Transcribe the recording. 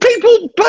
People